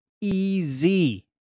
easy